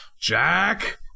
Jack